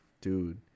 dude